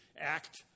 act